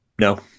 No